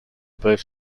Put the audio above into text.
both